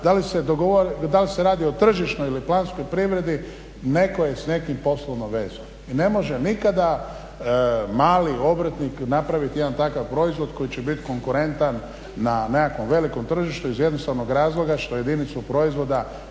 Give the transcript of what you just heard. da li se radi o tržišnoj ili planskoj privredi netko je s nekim poslovno vezan. Jer ne može nikada mali obrtnik napraviti jedan takav proizvod koji će biti konkurentan na nekakvom velikom tržištu iz jednostavnog razloga što jedinice iz proizvoda